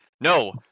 No